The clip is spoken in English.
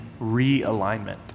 realignment